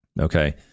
okay